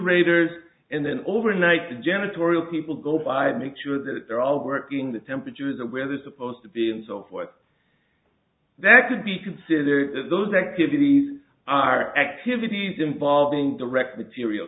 razors and then overnight the janitorial people go by and make sure that they're all working the temperature the weather supposed to be and so forth that could be considered those activities are activities involving direct material